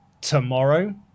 tomorrow